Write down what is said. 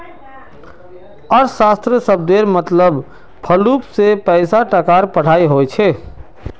अर्थशाश्त्र शब्देर मतलब मूलरूप से पैसा टकार पढ़ाई होचे